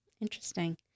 Interesting